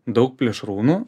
daug plėšrūnų